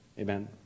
Amen